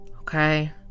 Okay